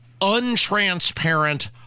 untransparent